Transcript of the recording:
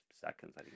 seconds